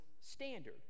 standard